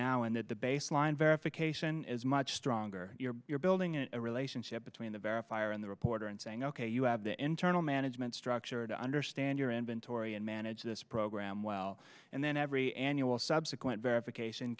now and that the baseline verification is much stronger you're you're building it a relationship between the verifier and the reporter and saying ok you have the internal management structure to understand your inventory and manage this program well and then every annual subsequent verification